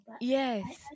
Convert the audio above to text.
Yes